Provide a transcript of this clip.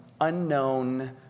unknown